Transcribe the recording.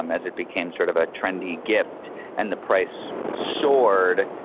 um as it became sort of a trendy gift and the price soared.